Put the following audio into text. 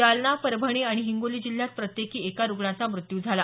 जालना परभणी आणि हिंगोली जिल्ह्यात प्रत्येकी एका रुग्णाचा मृत्यू झाला